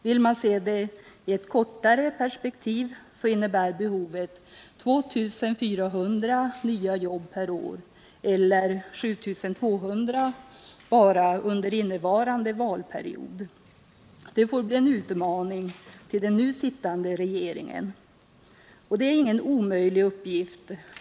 Vill man se det hela i kortare perspektiv, blir behovet 2 400 nya jobb perår, eller 7 200 bara under innevarande valperiod. Detta får bli en utmaning till den nu sittande regeringen. Det här är ingen omöjlig uppgift.